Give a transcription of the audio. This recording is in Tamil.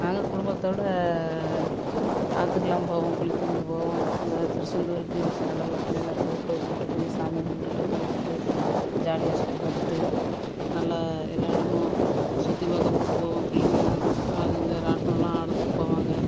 நாங்கள் குடும்பத்தோடய ஆத்துக்கெலாம் போவோம் குளிக்கிறதுக்கு போவோம் அங்கே திருச்செந்தூருக்கு கடல்ல பிள்ளைகளை போய் கூட்டு போய் சாமி கும்பிடுட்டு குளிச்சிட்டு ஜாலியாக சுத்தி பாத்துட்டு நல்ல எல்லா இடமும் சுற்றி பார்க்க கூடிட்டு போவோம் பிள்ளைங்கள் ரங்க ராட்னம்லாம் ஆடுறதுக்கு போவாங்க